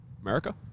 America